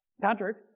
Patrick